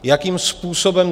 Jakým způsobem?